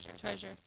treasure